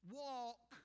walk